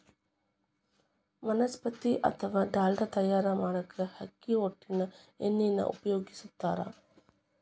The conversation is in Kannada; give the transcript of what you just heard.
ವನಸ್ಪತಿ ಅತ್ವಾ ಡಾಲ್ಡಾ ತಯಾರ್ ಮಾಡಾಕ ಅಕ್ಕಿ ಹೊಟ್ಟಿನ ಎಣ್ಣಿನ ಉಪಯೋಗಸ್ತಾರ